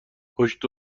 پشت